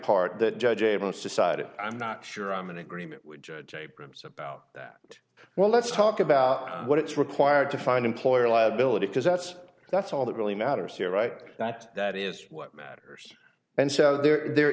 part that judge able to decide it i'm not sure i'm in agreement would judge a prims about that well let's talk about what it's required to find employer liability because that's that's all that really matters here right that that is what matters and so there